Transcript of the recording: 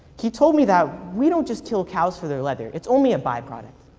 he told me that we don't just kill cows for their leather. it's only a by-product.